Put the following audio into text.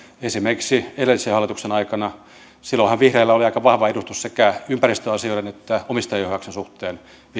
esimerkiksi edellisen hallituksen aikana vihreillähän oli viime hallituksessa aika vahva edustus sekä ympäristöasioiden että omistajaohjauksen suhteen